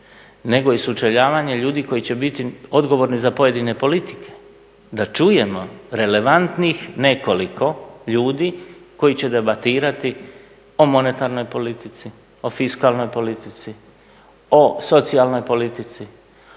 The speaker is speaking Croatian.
nego i sučeljavanje ljudi koji će biti odgovorni za pojedine politike, da čujemo relevantnih nekoliko ljudi koji će debatirati o monetarnoj politici, o fiskalnoj politici, o socijalnoj politici,